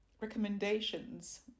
recommendations